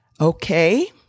Okay